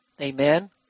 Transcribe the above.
Amen